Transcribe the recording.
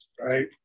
right